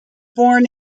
born